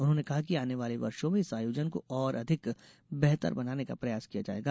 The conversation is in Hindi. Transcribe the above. उन्होंने कहा कि आने वाले वर्षो में इस आयोजन को और अधिक बेहतर बनाने का प्रयास किया जायेगा